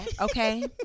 okay